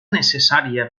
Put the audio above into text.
necessària